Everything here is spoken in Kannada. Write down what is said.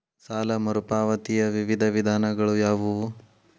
ಸಾಲ ಮರುಪಾವತಿಯ ವಿವಿಧ ವಿಧಾನಗಳು ಯಾವುವು?